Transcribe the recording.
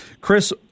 Chris